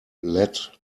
let